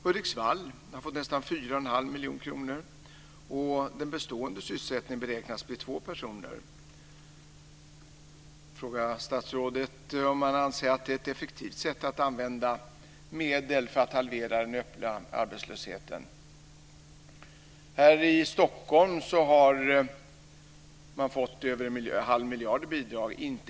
Hudiksvall har fått nästan 41⁄2 miljoner kronor, och den bestående sysselsättningen beräknas bli två personer. Jag frågar statsrådet om han anser att det är ett effektivt sätt att använda medel för att halvera den öppna arbetslösheten. Här i Stockholm har man fått över 1⁄2 miljard i bidrag.